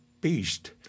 beast